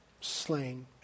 slain